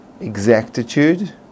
exactitude